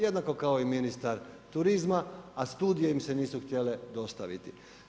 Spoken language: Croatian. Jednako kao i ministar turizma, a studije im se nisu htjele dostaviti.